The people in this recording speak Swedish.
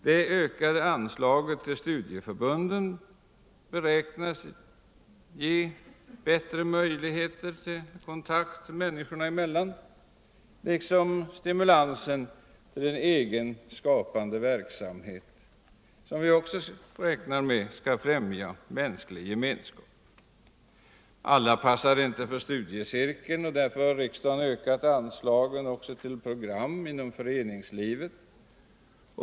Det ökade anslaget till studieförbunden beräknas ge bättre möjligheter till kontakt människorna emellan. Stimulansen till en egen skapande verksamhet räknar vi också med skall främja mänsklig gemenskap. Alla passar inte för studiecirklar, och därför har riksdagen ökat anslagen till program inom föreningslivet.